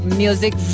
music